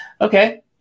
Okay